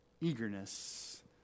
Eagerness